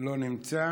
לא נמצא.